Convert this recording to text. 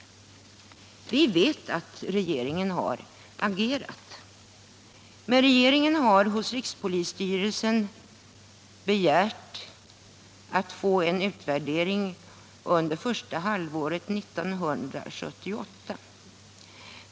Vi vet att regeringen har agerat, men regeringen har hos rikspolisstyrelsen endast begärt att få en utvärdering under första halvåret 1978.